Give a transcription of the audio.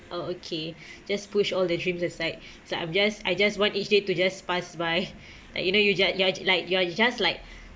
oh okay just push all the dreams aside so I'm just I just want each day to just pass by like you know you ju~ you are like you are just like